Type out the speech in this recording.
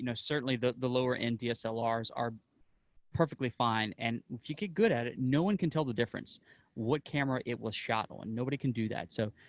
certainly the the lower end dslrs are perfectly fine, and if you get good at it, no one can tell the difference what camera it was shot on. nobody can do that. so